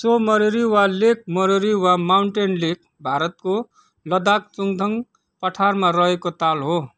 so Moriri वा lake Moriri वा mountain lake भारतको लद्दाख चुङ्थाङ पठारमा रहेको ताल हो